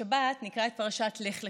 השבת נקרא את פרשת לך לך,